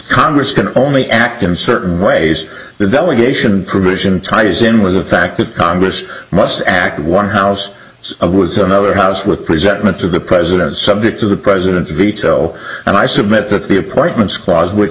congress can only act in certain ways the delegation provision ties in with the fact that congress must act one house of was another house with presentment to the president subject to the president's veto and i submit that the appointments clause which